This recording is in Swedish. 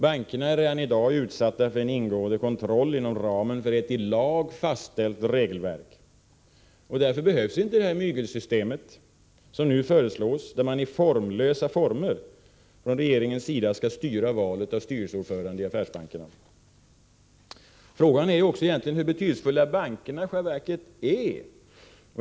Bankerna är redan i dag utsatta för en ingående kontroll inom ramen för ett i lag fastställt regelverk. Därför behövs = Nr 52 inte det mygelsystem som nu föreslås, där regeringen i formlösa former skall É Torsdagen den styra valet av styrelseordförande i affärsbankerna. 13 december 1984 Frågan är också hur betydelsefulla bankerna i själva verket är.